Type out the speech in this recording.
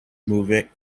movement